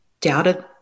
doubted